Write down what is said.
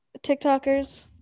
TikTokers